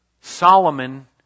Solomon